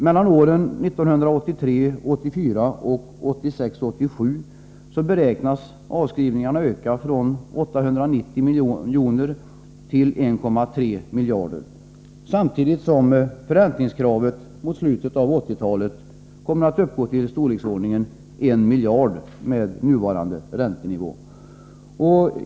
Mellan åren 1983 87 beräknas avskrivningarna öka från 890 miljoner till 1,3 miljarder, samtidigt som förräntningskravet mot slutet av 1980-talet kommer att vara av storleksordningen 1 miljard med nuvarande räntenivå.